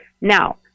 Now